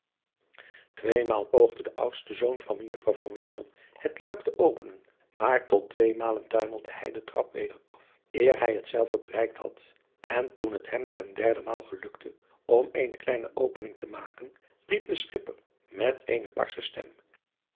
uisman poogde de oudste zoon van ejuffrouw het luik te openen maar tot tweemalen tuimelde hij den trap weder af eer hij hetzelve bereikt had en toen het hem ten derdemaal gelukte om eene kleine opening te maken riep de schipper met eene barsche stem